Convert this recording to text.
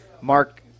Mark